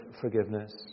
forgiveness